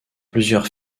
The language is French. plusieurs